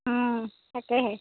তাকেহে